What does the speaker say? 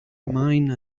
mine